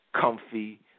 Comfy